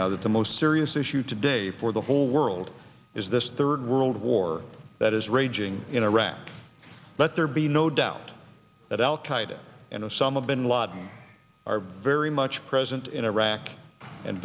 now the most serious issue today for the whole world is this third world war that is raging in iraq let there be no doubt that al qaeda and osama bin laden are very much present in iraq and